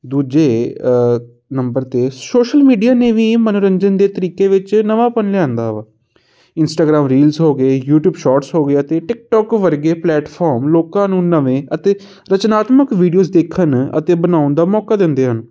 ਦੂਜੇ ਨੰਬਰ 'ਤੇ social media ਨੇ ਵੀ ਮਨੋਰੰਜਨ ਦੇ ਤਰੀਕੇ ਵਿੱਚ ਨਵਾਂਪਨ ਲਿਆਂਦਾ ਵਾ ਇੰਸਟਾਗਰਾਮ ਰੀਲਜ ਹੋ ਗਏ ਯੂਟੀਊਬ ਸ਼ੋਟਸ ਹੋ ਗਿਆ ਅਤੇ ਟਿਕਟੋਕ ਵਰਗੇ ਪਲੇਟਫਾਰਮ ਲੋਕਾਂ ਨੂੰ ਨਵੇਂ ਅਤੇ ਰਚਨਾਤਮਕ ਵੀਡੀਓਜ ਦੇਖਣ ਅਤੇ ਬਣਾਉਣ ਦਾ ਮੌਕਾ ਦਿੰਦੇ ਹਨ